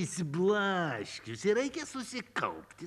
išsiblaškiusi reikia susikaupti